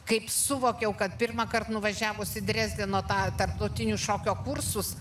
kaip suvokiau kad pirmąkart nuvažiavus į drezdeno tą tarptautinio šokio kursus